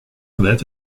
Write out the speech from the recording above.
that